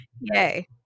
Yay